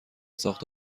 ساخت